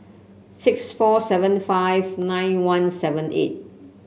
six four seven five nine one seven eight